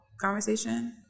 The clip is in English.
Conversation